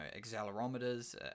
accelerometers